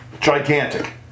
gigantic